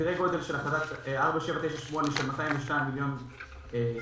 בסדרי גודל של החלטה 4798 של 202 מיליון ש"ח.